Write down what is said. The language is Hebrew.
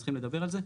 צריכים לדבר על זה,